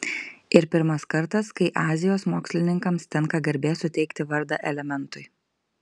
ir pirmas kartas kai azijos mokslininkams tenka garbė suteikti vardą elementui